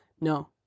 No